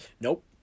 Nope